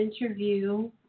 interview